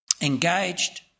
Engaged